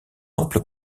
ample